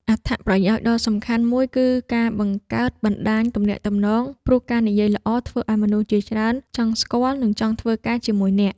អត្ថប្រយោជន៍ដ៏សំខាន់មួយគឺការបង្កើតបណ្ដាញទំនាក់ទំនង ព្រោះការនិយាយល្អធ្វើឱ្យមនុស្សជាច្រើនចង់ស្គាល់ និងចង់ធ្វើការជាមួយអ្នក។